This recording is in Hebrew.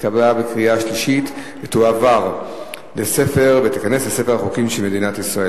התקבלה בקריאה שלישית ותיכנס לספר החוקים של מדינת ישראל.